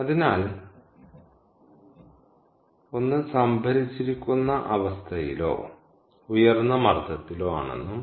അതിനാൽ 1 സംഭരിച്ചിരിക്കുന്ന അവസ്ഥയിലോ ഉയർന്ന മർദ്ദത്തിലോ ആണെന്നും